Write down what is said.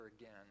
again